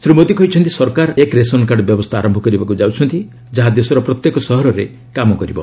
ଶ୍ରୀ ମୋଦୀ କହିଛନ୍ତି ସରକାର ଏକ୍ ରେସନକାର୍ଡ ବ୍ୟବସ୍ଥା ଆରମ୍ଭ କରିବାକୁ ଯାଉଛନ୍ତି ଯାହା ଦେଶର ପ୍ରତ୍ୟେକ ସହରରେ କାମ କରିବ